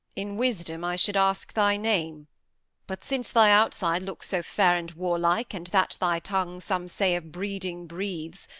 in wisdom i should ask thy name but since thy outside looks so fair and warlike, and that thy tongue some say of breeding breathes,